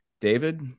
David